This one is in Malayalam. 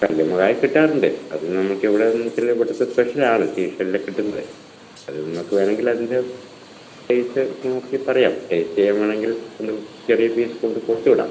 കല്ലുമ്മക്കായ കിട്ടാറുണ്ട് അത് നമ്മൾക്ക് ഇവിടെ നിന്ന് കിട്ടുന്ന കൂട്ടത്തിൽ സ്പെഷ്യൽ ആണ് സീ ഷെല്ലിൽ കിട്ടുന്നത് അത് നിങ്ങൾക്ക് വേണമെങ്കിൽ അതിൻ്റെ ടേസ്റ്റ് നോക്കി പറയാം ടേസ്റ്റ് ചെയ്യാൻ വേണമെങ്കിൽ ഒരു ചെറിയ പീസ് കൊണ്ട് കൊടുത്ത് വിടാം